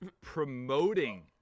promoting